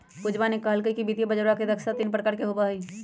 पूजवा ने कहल कई कि वित्तीय बजरवा में दक्षता तीन प्रकार के होबा हई